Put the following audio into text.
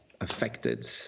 affected